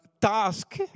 task